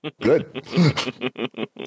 Good